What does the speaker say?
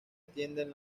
atienden